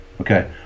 Okay